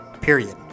period